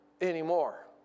anymore